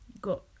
got